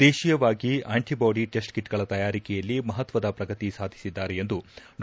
ದೇಹೀಯವಾಗಿ ಆ್ಲಂಟ body test ಕಟ್ಗಳ ತಯಾರಿಕೆಯಲ್ಲಿ ಮಪತ್ತದ ಪ್ರಗತಿ ಸಾಧಿಸಿದಾರೆ ಎಂದು ಡಾ